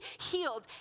healed